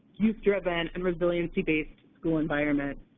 youth-driven, and resiliency-based school environment.